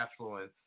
affluence